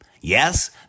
Yes